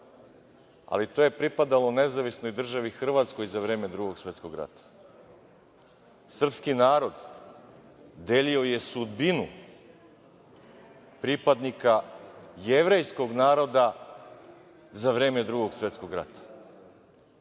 ali to je pripadalo Nezavisnoj Državi Hrvatskoj za vreme Drugog svetskog rata. Srpski narod delio je sudbinu pripadnika jevrejskog naroda za vreme Drugog svetskog rata.